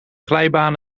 glijbanen